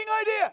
idea